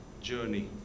journey